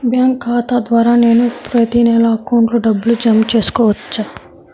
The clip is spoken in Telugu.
బ్యాంకు ఖాతా ద్వారా నేను ప్రతి నెల అకౌంట్లో డబ్బులు జమ చేసుకోవచ్చా?